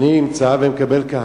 אני נמצא, ומקבל קהל.